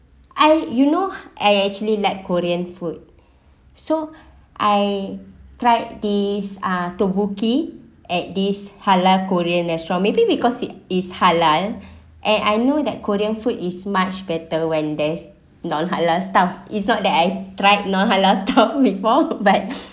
I you know I actually like korean food so I tried these are tteok-bokki at this halal korean restaurant maybe because it is halal and I know that korean food is much better when there's non halal stuff it's not that I tried non halal stuff before but